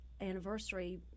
anniversary